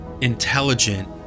intelligent